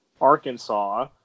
Arkansas